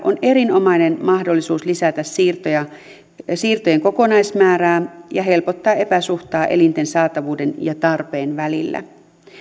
on erinomainen mahdollisuus lisätä siirtojen kokonaismäärää ja helpottaa epäsuhtaa elinten saatavuuden ja tarpeen välillä